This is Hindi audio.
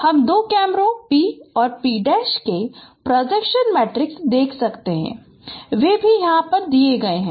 हम दो कैमरों P और P के प्रोजेक्शन मैट्रिसेस देख सकते हैं वे भी यहाँ दिए गए हैं